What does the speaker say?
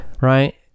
right